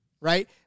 right